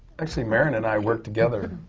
actually marin and i worked together,